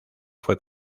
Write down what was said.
fue